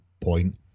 point